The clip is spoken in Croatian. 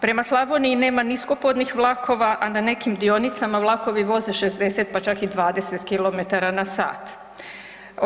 Prema Slavoniji nema niskopodnih vlakova, a na nekim dionicama vlakovi voze 60, pa čak i 20 kilometara na sat.